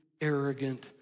arrogant